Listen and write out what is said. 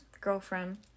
girlfriend